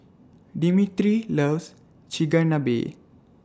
Dimitri loves Chigenabe